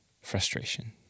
frustration